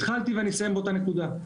התחלתי ואני אסיים באותה נקודה.